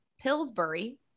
Pillsbury